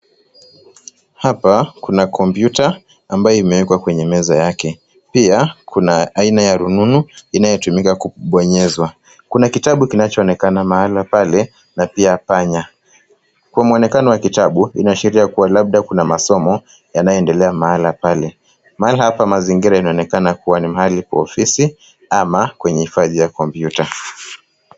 Hapa kuna kompyuta ambayo imewekwa kwenye meza yake. Pia, kuna aina ya rununu inayotumika kubonyezwa. Kuna kitabu kinachoonekana mahala pale na pia panya. Kwa muonekano wa kitabu, inaashiria labda kuna masomo yanayoendelea mahala pale. Mahali hapa mazingira inaonekana kuwa ni mahali kwa ofisi ama kwenye hifadhi ya kompyuta.